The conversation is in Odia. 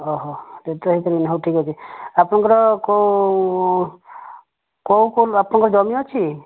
ଓ ହଃ ସେଇଥିପାଇଁ ହେଇପାରିବନି ହଉ ଠିିକ୍ ଅଛି ଆପଣଙ୍କର କଉ କୌଲ ଆପଣଙ୍କର ଜମି ଅଛି